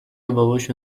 باباشو